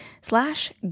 slash